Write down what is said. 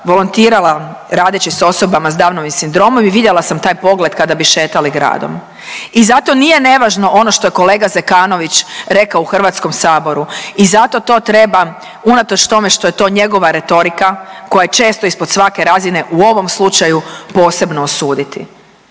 volontirala radeći s osobama s Downovim sindromom i vidjela sam taj pogled kada bi šetali gradom. I zato nije nevažno ono što je kolega Zekanović rekao u Hrvatskom saboru. I zato to treba unatoč tome što je to njegova retorika koja je često ispod svake razine u ovom slučaju posebno osuditi.